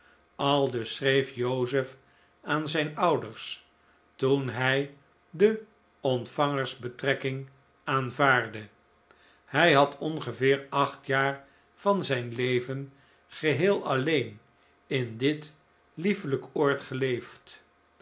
aldus schreef joseph aan zijn ouders toen hij de ontvangersbetrekking aanvaardde hij had ongeveer acht jaar van zijn leven geheel alleen in dit liefelijk oord geleefd